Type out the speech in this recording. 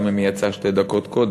גם אם היא יצאה שתי דקות קודם,